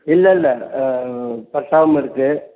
இல்லை இல்லை ஆ பட்டாவும் இருக்குது